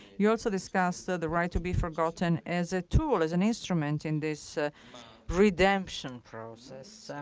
you also discuss the right to be forgotten as a tool, as an instrument in this redemption process.